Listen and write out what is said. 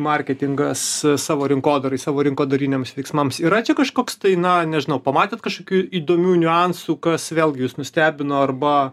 marketingas savo rinkodarai savo rinkodariniams veiksmams yra čia kažkoks na nežinau pamatėt kažkokių įdomių niuansų kas vėlgi jus nustebino arba